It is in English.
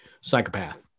psychopath